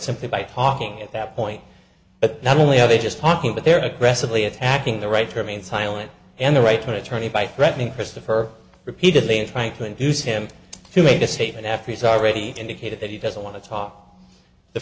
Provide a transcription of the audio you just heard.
simply by talking at that point but not only are they just talking but they're aggressively attacking the right to remain silent and the right to an attorney by threatening christopher repeatedly in trying to induce him to made a statement after he's already indicated that he doesn't want to talk the